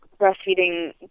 breastfeeding